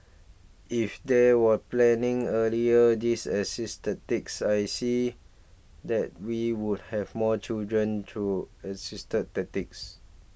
if they were planning earlier this assisted techs I see that we would have more children through assisted tactics